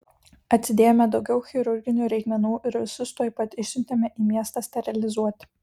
atsidėjome daugiau chirurginių reikmenų ir visus tuoj pat išsiuntėme į miestą sterilizuoti